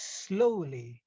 slowly